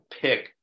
pick